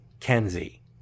Kenzie